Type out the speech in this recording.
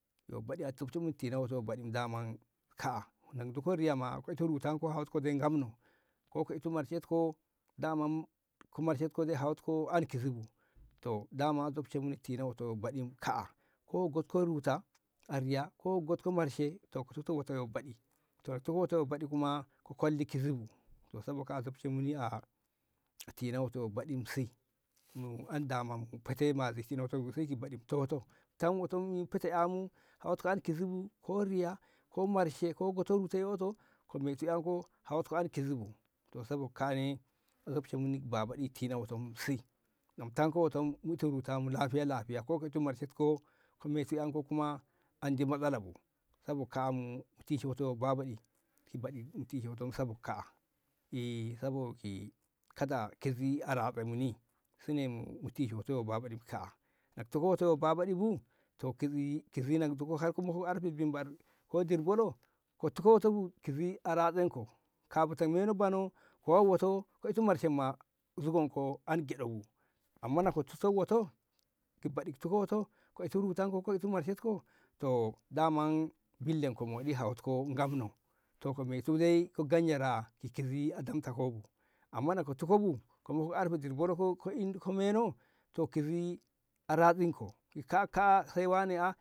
yo baɗi a tukte wo'oto yo baɗi daman kaa'a na na nduko riya ma hawatko wo'ate dai gamno ko ka itu marshenko daman ka marshenko hawot ko dai an kizi bu to dama a zubte muni so tishe wo'oto so baɗi k a'a ko ka gotko ruta a riya ko ka gotko marshe to ka tuko wo'oto yo baɗi to na ka tuko wo'oto yo baɗi kuma ka koldi kuzum bu to sabo kaa'a a zub muni so tishe wo'oto so baɗi si mu an daman mu fate ki baɗi mu tishe wo'oto tamu wo'oto zugonko an kizi bu ko ka go riya ko marshe ka ngata yoto ka metu ƴanko hawot ko an kizi bu to sabo ka'a a zubte muni tishe wo'oto so babaɗi si na mu tanko wo'oto mu mu itu rutamu lahiya- lahiya ko ka itu marshenko ka metu andi matsala bu sabo kaa'a mu tishe wo'uto so babaɗi mu tishe wo'oto sabo kaa'a sabo kizi a ratsa muni sine mu tishe wo'oto so babaɗi kaa'a na ka tuko wo'oto so babaɗi bu ka ndu ko ruta har arfe binbaɗ ko dirbolo ka tiko wo'oto bu kizi a a ratsenko kabi ka meno bono ka wai wo'oto ka ndutu bonoi ma zugonko an gyaɗai bu amman na ka tuko wo'oto ki baɗi ka tuko wo'oto ka itu rutan ko ka itu marshenko to daman billat ko moɗi hawat ko gomino ka metu dai ka ganyara hawot ko kizi bu amma na ka tuko bu ka lomit ko har arfe dirbolo to kizi a ratsinko sai wane a'a.